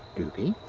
doopey?